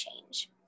change